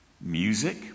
music